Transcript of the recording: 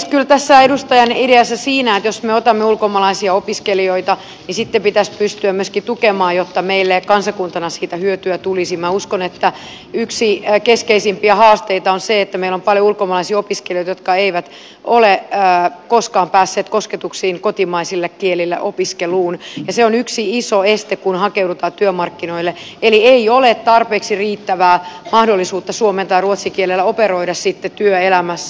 minä uskon että kyllä tässä edustajan ideassa siinä että jos me otamme ulkomaalaisia opiskelijoita niin sitten pitäisi pystyä myöskin tukemaan jotta meille kansakuntana siitä hyötyä tulisi yksi keskeisimpiä haasteita on se että meillä on paljon ulkomaalaisia opiskelijoita jotka eivät ole koskaan päässeet kosketuksiin kotimaisilla kielillä opiskelun kanssa ja se on yksi iso este kun hakeudutaan työmarkkinoille eli ei ole tarpeeksi riittävää mahdollisuutta suomen tai ruotsin kielellä operoida sitten työelämässä